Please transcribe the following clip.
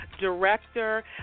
director